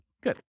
Good